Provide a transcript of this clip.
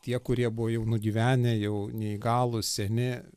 tie kurie buvo jau nugyvenę jau neįgalūs seni